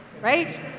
right